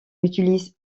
utilise